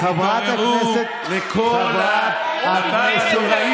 כבוד היושב-ראש, חברי הכנסת, איך כתוב בפסוק?